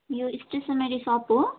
यो stationery shop हो